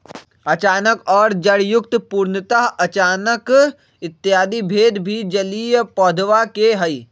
अचानक और जड़युक्त, पूर्णतः अचानक इत्यादि भेद भी जलीय पौधवा के हई